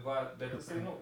va bet jisai nu